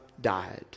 died